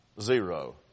zero